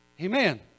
Amen